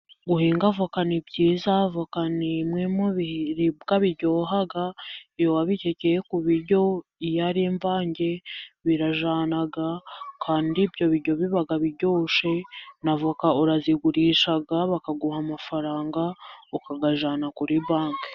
Guhinga voka ni byiza, voka nimwe mu biribwa biryoha iyo wa bikekeye ku biryo, iyo ari imvange birajyana, kandi ibyo biryo biba biryoshye. Na voka urazigurisha bakaguha amafaranga, ukayajyana kuri banki.